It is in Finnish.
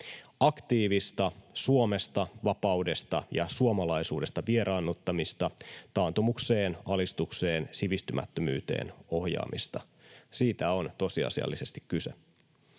Aktiivista Suomesta, vapaudesta ja suomalaisuudesta vieraannuttamista ja taantumukseen, alistukseen ja sivistymättömyyteen ohjaamista — siitä on tosiasiallisesti kyse.